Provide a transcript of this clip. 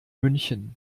münchen